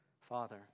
Father